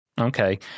Okay